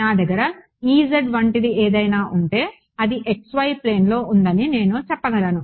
నా దగ్గర వంటిది ఏదైనా ఉంటేఅది xy ప్లేన్లో ఉందని నేను చెప్పగలను